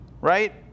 right